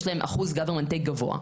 יש להם אחוז government take גבוה.